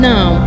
Now